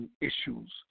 issues